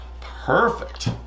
perfect